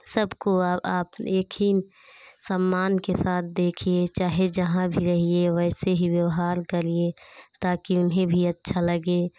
सबको आप एक ही सम्मान के साथ देखिए चाहे जहाँ भी रहिए वैसे ही व्यवहार करिए ताकी उन्हें भी अच्छा लगे